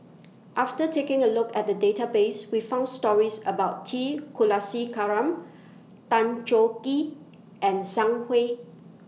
after taking A Look At The Database We found stories about T Kulasekaram Tan Choh Gee and Sang Hui